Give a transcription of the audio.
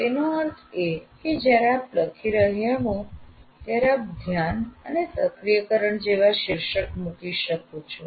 તેનો અર્થ એ કે જ્યારે આપ લખી રહ્યા હો ત્યારે આપ ધ્યાન અને સક્રિયકરણ જેવા શીર્ષક મૂકી શકો છો